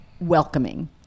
welcoming